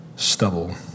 stubble